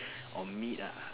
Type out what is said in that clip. or meet ah